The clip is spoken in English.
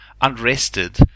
unrested